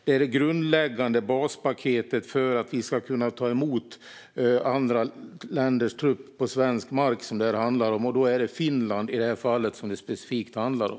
Det är det grundläggande baspaketet för att vi ska kunna ta emot andra länders trupp på svensk mark, som det här handlar om, och då är det Finland i det här fallet som det specifikt handlar om.